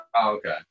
Okay